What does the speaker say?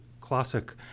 classic